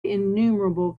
innumerable